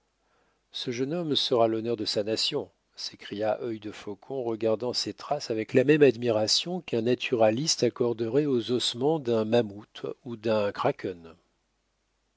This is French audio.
ce jeune homme sera l'honneur de sa nation s'écria œilde faucon regardant ces traces avec la même admiration qu'un naturaliste accorderait aux ossements d'un mammouth ou d'un krak